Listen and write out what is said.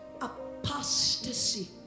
apostasy